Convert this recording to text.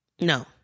No